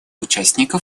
участников